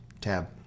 Tab